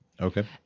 Okay